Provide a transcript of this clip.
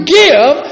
give